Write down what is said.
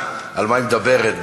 חיים, אתה מתלונן על זה?